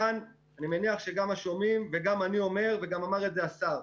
כאן אני מניח שגם השומעים וגם אני אומר וגם אמר את זה השר: